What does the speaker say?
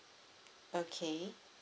okay